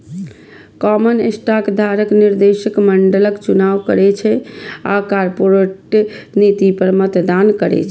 common stock धारक निदेशक मंडलक चुनाव करै छै आ कॉरपोरेट नीति पर मतदान करै छै